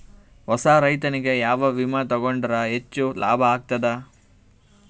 ಹೊಸಾ ರೈತನಿಗೆ ಯಾವ ವಿಮಾ ತೊಗೊಂಡರ ಹೆಚ್ಚು ಲಾಭ ಆಗತದ?